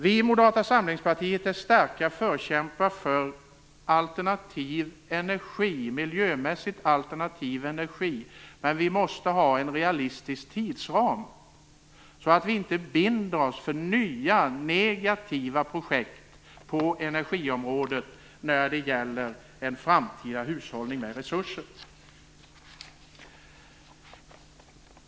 Vi i Moderata samlingspartiet är starka förkämpar för miljömässigt alternativ energi. Men vi måste ha en realistisk tidsram, så att vi inte binder oss för nya negativa projekt på energiområdet när det gäller en framtida hushållning med resurser.